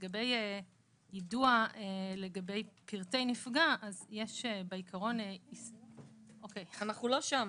לגבי יידוע על פרטי נפגע אז יש בעיקרון --- אנחנו לא שם.